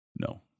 no